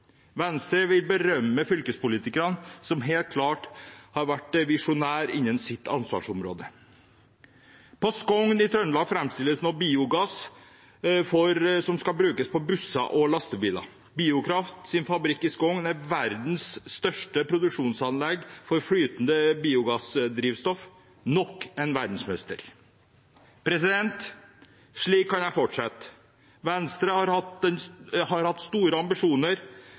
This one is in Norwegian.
Venstre vil berømme fylkespolitikerne som helt klart har vært visjonære innen sitt ansvarsområde. På Skogn i Trøndelag framstilles nå biogass som skal brukes i busser og lastebiler. Biokrafts fabrikk i Skogn er verdens største produksjonsanlegg for flytende biogassdrivstoff. Nok en verdensmester. Slik kan jeg fortsette. Venstre har hatt store ambisjoner